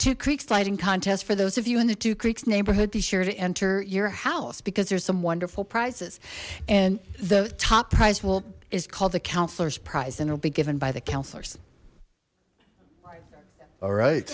two creeks lighting contest for those of you in the two creeks neighborhood be sure to enter your house because there's some wonderful prizes and the top prize will is called the counselor's prize and it'll be given by the counselors all right